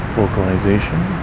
vocalization